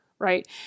right